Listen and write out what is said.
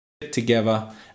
together